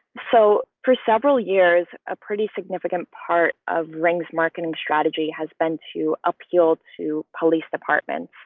so for several years, a pretty significant part of rings. marketing strategy has been to appeal to police departments.